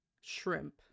shrimp